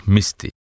Misty